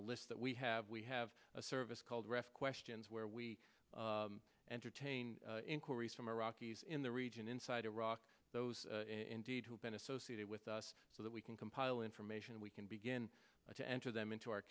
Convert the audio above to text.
the list that we have we have a service called ref questions where we entertain inquiries from iraqis in the region inside iraq those indeed who have been associated with us so that we can compile information we can begin to enter them into our